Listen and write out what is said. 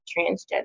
transgender